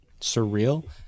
surreal